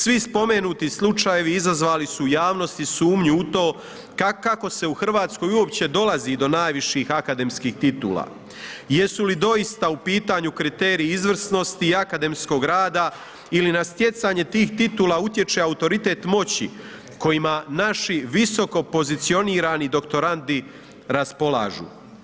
Svi spomenuti slučajevi izazvali su u javnosti sumnju u to kako se u Hrvatskoj uopće dolazi do najvećih akademskih titula, jesu li doista u pitanju kriteriji izvrsnosti i akademskog rada ili na stjecanje tih titula utječe autoritet moći kojima naši visoko pozicionirani doktorandi raspolažu?